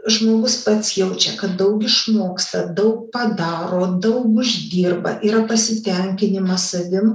žmogus pats jaučia kad daug išmoksta daug padaro daug uždirba yra pasitenkinimas savim